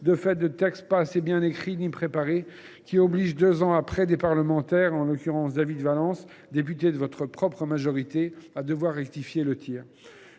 par des textes pas assez bien écrits ni préparés, ce qui oblige les parlementaires, en l’occurrence David Valence, député de votre majorité, à devoir rectifier le tir